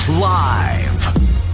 live